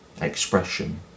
expression